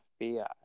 FBI